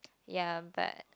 ya but